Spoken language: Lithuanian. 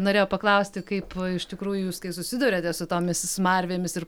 norėjo paklausti kaip iš tikrųjų jūs kai susiduriate su tomis smarvėmis ir